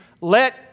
let